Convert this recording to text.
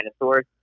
dinosaurs